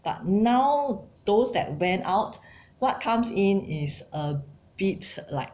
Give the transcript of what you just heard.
but now those that went out what comes in is a bit like